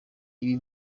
ibi